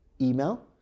email